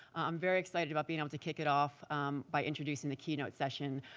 i'm very excited about being able to kick it off by introducing the keynote session,